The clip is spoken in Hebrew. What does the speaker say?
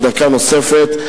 דקה נוספת,